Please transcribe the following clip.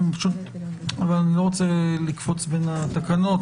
אנחנו פשוט אבל אני לא רוצה לקפוץ בין התקנות.